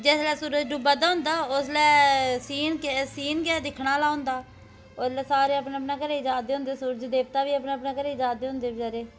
जिसलै सूरज डुब्बा दा होंदा उसलै सीन गै सीन गै दिक्खने आह्ला होंदा ओल्लै सारे अपने अपने घरै गी जा दे होंदे सूरज देवता बी अपना अपना घरै गी जा दे होंदे बचैरे